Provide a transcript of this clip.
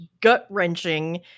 gut-wrenching